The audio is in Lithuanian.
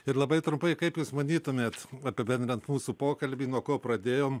ir labai trumpai kaip jūs manytumėt apibendrinant mūsų pokalbį nuo ko pradėjom